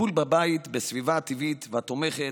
הטיפול בבית, בסביבה הטבעית והתומכת,